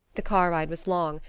the car ride was long,